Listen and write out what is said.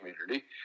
community